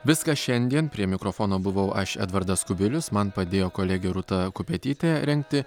viskas šiandien prie mikrofono buvau aš edvardas kubilius man padėjo kolegė rūta kupetytė rengti